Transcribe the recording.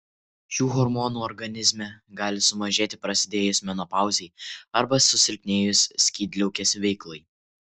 šių hormonų organizme gali sumažėti prasidėjus menopauzei arba susilpnėjus skydliaukės veiklai